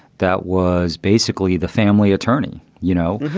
that was basically the family attorney. you know,